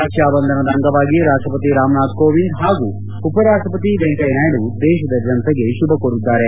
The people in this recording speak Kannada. ರಕ್ಷಾ ಬಂಧನದ ಅಂಗವಾಗಿ ರಾಷ್ಷಪತಿ ರಾಮನಾಥ್ ಕೋವಿಂದ್ ಹಾಗು ಉಪರಾಷ್ಷಪತಿ ವೆಂಕಯ್ಯನಾಯ್ಡು ದೇಶದ ಜನತೆಗೆ ಶುಭ ಕೋರಿದ್ದಾರೆ